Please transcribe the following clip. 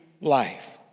life